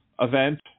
event